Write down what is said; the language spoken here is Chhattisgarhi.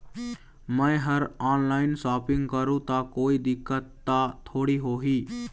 मैं हर ऑनलाइन शॉपिंग करू ता कोई दिक्कत त थोड़ी होही?